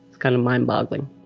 kind of mind-boggling